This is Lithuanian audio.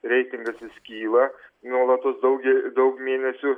reitingas vis kyla nuolatos dauge daug mėnesių